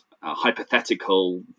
hypothetical